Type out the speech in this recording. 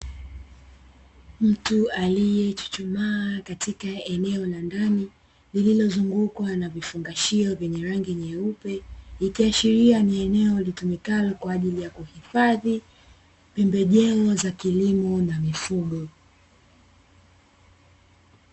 Mtu aliyechuchumaa katika eneo la ndani, lililozungukwa na vifungashio vyenye rangi nyeupe, ikiashiria ni eneo litumikalo kwa ajili ya kuhifadhi pembejeo za kilimo na mifugo.